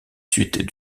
suites